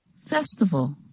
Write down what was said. Festival